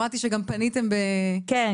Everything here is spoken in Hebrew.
כלומר,